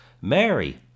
Mary